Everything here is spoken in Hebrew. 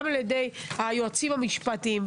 גם על-ידי היועצים המשפטיים,